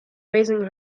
raising